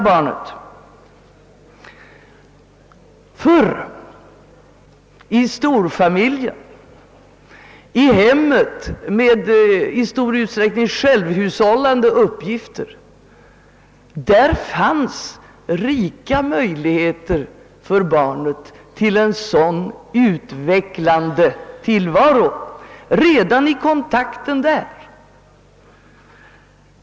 Förr, i storfamiljen, i hemmet med i hög grad självhushållande uppgifter, fanns rika möjligheter för barnet till en sådan utvecklande tillvaro redan genom kontakterna och sysslorna där.